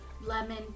lemon